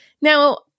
Now